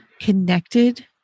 connected